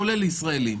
כולל לישראלים?